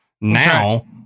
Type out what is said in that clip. Now